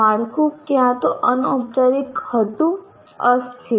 માળખું ક્યાં તો અનૌપચારિક હતું અસ્થિર